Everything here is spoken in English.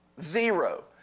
Zero